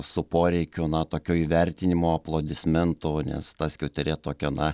su poreikiu na tokio įvertinimo aplodismento nes ta skiauterė tokia na